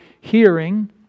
hearing